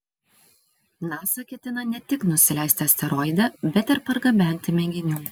nasa ketina ne tik nusileisti asteroide bet ir pargabenti mėginių